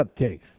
cupcakes